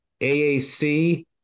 AAC